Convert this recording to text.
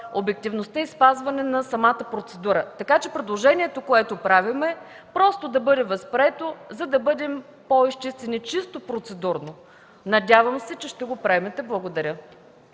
обективността и спазване на самата процедура. Така че предложението, което правим, да бъде възприето, за да бъдем по-изчистени чисто процедурно. Надявам се, че ще го приемете. Благодаря.